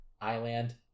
Island